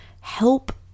help